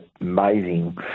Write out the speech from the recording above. amazing